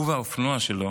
הוא והאופנוע שלו